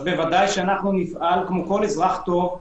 ודאי שנפעל כמו כל אזרח טוב,